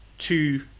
two